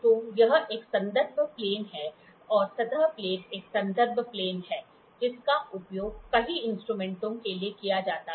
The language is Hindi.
तो यह एक संदर्भ प्लेन है और सतह प्लेट एक संदर्भ प्लेन है जिसका उपयोग कई इंस्ट्रूमेंटों के लिए किया जाता है